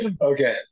Okay